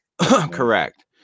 Correct